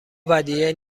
ودیعه